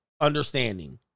understanding